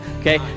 Okay